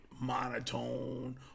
monotone